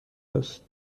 است